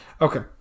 Okay